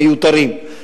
מיותרים.